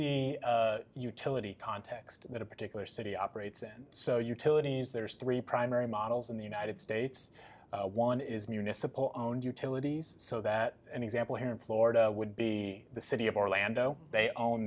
the utility context that a particular city operates in so utilities busy there's three primary models in the united states one is municipal owned utilities so that any example here in florida would be the city of orlando they own